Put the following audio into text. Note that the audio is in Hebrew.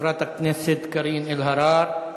חברת הכנסת קארין אלהרר.